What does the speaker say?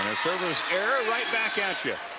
server's error right back at you.